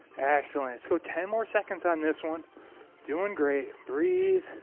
excellent it's go ten more seconds on this one doing great breathe